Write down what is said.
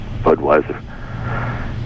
Budweiser